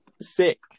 sick